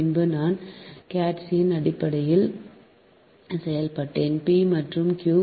பின்பு நான் கேட்சியின் அடிப்படையில் செயல்பட்டேன் பி மற்றும் க்யூ